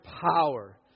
power